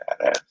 badass